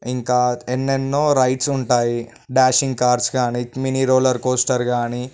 ఇంకా ఎన్నెన్నో రైడ్స్ ఉంటాయి డ్యాషింగ్ కార్స్ కాని మినీ రోలర్ కోస్టర్ కాని